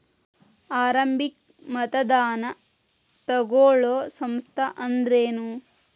ಆರಂಭಿಕ್ ಮತದಾನಾ ತಗೋಳೋ ಸಂಸ್ಥಾ ಅಂದ್ರೇನು?